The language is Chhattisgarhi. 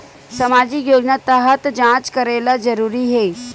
सामजिक योजना तहत जांच करेला जरूरी हे